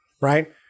right